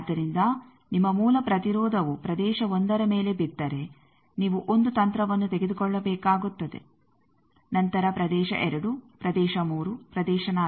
ಆದ್ದರಿಂದ ನಿಮ್ಮ ಮೂಲ ಪ್ರತಿರೋಧವು ಪ್ರದೇಶ 1ರ ಮೇಲೆ ಬಿದ್ದರೆ ನೀವು 1 ತಂತ್ರವನ್ನು ತೆಗೆದುಕೊಳ್ಳಬೇಕಾಗುತ್ತದೆ ನಂತರ ಪ್ರದೇಶ 2 ಪ್ರದೇಶ 3 ಪ್ರದೇಶ 4